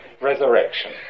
resurrection